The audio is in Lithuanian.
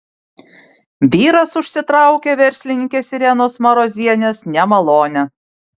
vyras užsitraukė verslininkės irenos marozienės nemalonę